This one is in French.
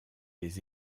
des